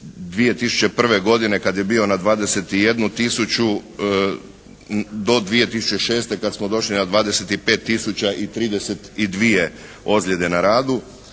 2001. godine kada je bio na 21 tisuću do 2006. kada smo došli na 25 tisuća i 32 ozljede na radu.